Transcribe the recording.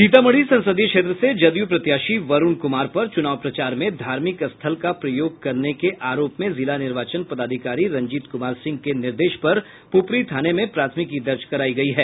सीतामढ़ी संसदीय क्षेत्र से जदयू प्रत्याशी वरूण कुमार पर चुनाव प्रचार में धार्मिक स्थल का प्रयोग करने के आरोप में जिला निर्वाचन पदाधिकारी रंजीत कुमार सिंह के निर्देश पर पुपरी थाने में प्राथमिकी दर्ज कराई गई है